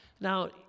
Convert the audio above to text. Now